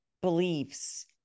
beliefs